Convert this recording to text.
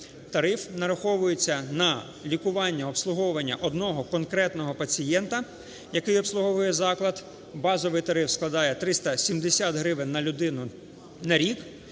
Тариф нараховується на лікування, обслуговування одного конкретного пацієнта, який обслуговує заклад, базовий тариф складає 370 гривень на людину на рік.